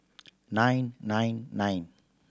nine nine nine